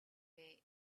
way